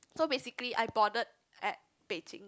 so basically I boarded at Beijing